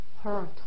hurt